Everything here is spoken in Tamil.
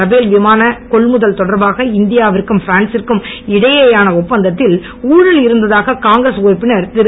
ரபேல் விமான கொள்முதல் தொடர்பாக இந்தியாவிற்கும் பிரான்சிற்கும் இடையேயான ஒப்பந்தத்தில் ஊழல் இருந்ததாக காங்கிரஸ் உறுப்பினர் திரு